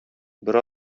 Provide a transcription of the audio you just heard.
бер